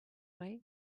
way